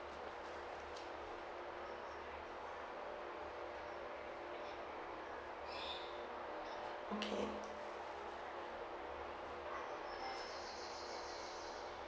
okay